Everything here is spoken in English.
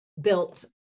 built